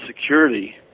security